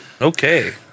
okay